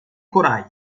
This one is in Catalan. corall